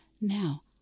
now